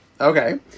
Okay